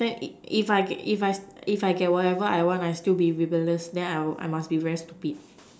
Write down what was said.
then if I can if I if I get whatever I want I still be rebellious then I must be very stupid